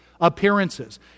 appearances